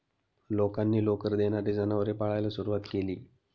लोकांनी लोकर देणारी जनावरे पाळायला सुरवात केली